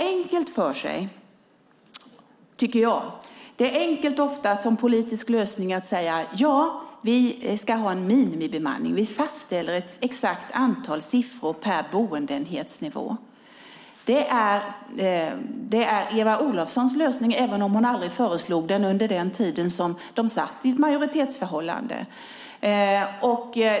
Det är dock alltför enkelt att som politisk lösning säga att ja, vi ska ha en minimibemanning, och sedan fastställa ett exakt antal siffror per boendeenhetsnivå. Det är Eva Olofssons lösning, även om hon aldrig föreslog den när de satt i ett majoritetsförhållande.